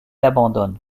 abandonne